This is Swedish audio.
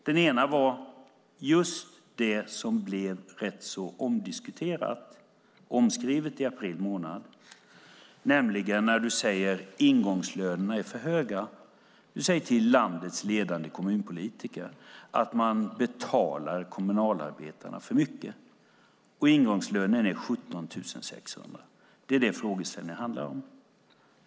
Den ena gällde just det som blev rätt omskrivet i april månad, nämligen när du sade: Ingångslönerna är för höga. Du säger till landets ledande kommunpolitiker att man betalar kommunalarbetarna för mycket. Ingångslönen är 17 600. Det är det frågeställningen handlar om.